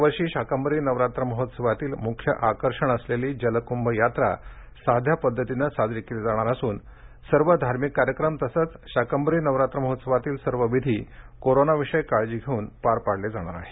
यावर्षी शाकभरी नवरात्र महोत्सवातील मुख्य आकर्षण असलेली जलकुंभ यात्रा साध्या पद्धतीने साजरी केली जाणार असून सर्व धार्मिक कार्यक्रम तसेच शाकंभरी नवरात्र महोत्सवातील सर्व विधी कोरोना विषयक काळजी घेऊन पार पाडले जाणार आहेत